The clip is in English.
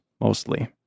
mostly